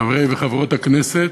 חברי וחברות הכנסת,